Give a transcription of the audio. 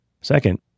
Second